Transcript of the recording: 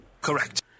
Correct